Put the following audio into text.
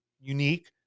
unique